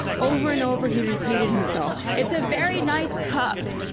over and over he repeated himself it's a very nice cup!